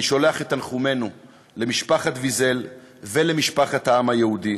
אני שולח את תנחומינו למשפחת ויזל ולמשפחת העם היהודי